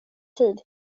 tid